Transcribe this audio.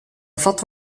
fatta